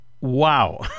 Wow